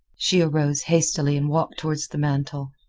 she arose hastily and walked toward the mantel.